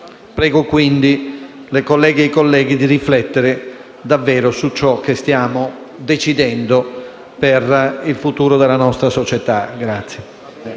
Prego le colleghe e i colleghi di riflettere davvero su ciò che stiamo decidendo per il futuro della nostra società.